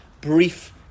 brief